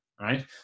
right